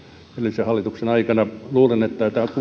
edellisen hallituksen aikana luulen